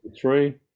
three